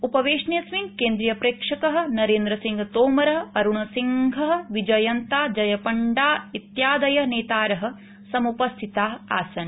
उपवेशनेऽस्मिन् केंद्रीयप्रेक्षक नरेंद्रसिंहतोमर अरुण सिंह विजयन्ता जयपण्डा इत्यादयः नेतारः समुपस्थिताः आसन्